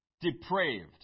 depraved